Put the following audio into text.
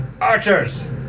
archers